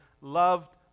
loved